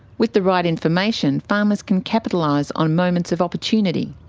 with the right information, farmers can capitalise on moments of opportunity.